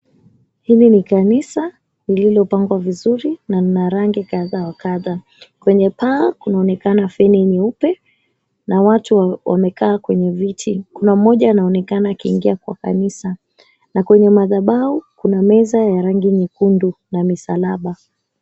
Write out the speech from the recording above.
Hili ni kanisa lililopangwa vizuri, na mna rangi kadha wa kadha kwenye paa, kunaonekana feni nyeupe na watu wamekaa kwenye viti, kuna mmoja anaonekana akiingia kanisani, na kwenye madhabahu kuna meza ya rangi nyekundu na misalaba.